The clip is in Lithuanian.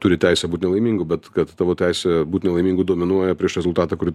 turi teisę būt nelaimingu bet kad tavo teisė būt nelaimingu dominuoja prieš rezultatą kurį